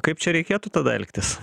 kaip čia reikėtų tada elgtis